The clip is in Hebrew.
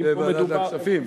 לוועדת הכספים.